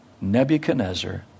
Nebuchadnezzar